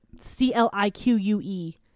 C-L-I-Q-U-E